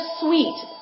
sweet